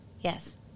Yes